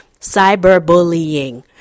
cyberbullying